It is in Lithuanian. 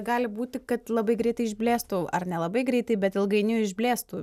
gali būti kad labai greitai išblėstų ar nelabai greitai bet ilgainiui išblėstų